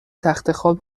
تختخواب